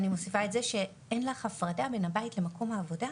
נכון ואני מוסיפה גם את זה שאין לך הפרדה בין הבית למקום העבודה.